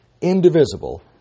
indivisible